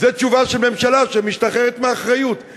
כאשר פעם אחר פעם פוגעים בכנסיות ומסגדים,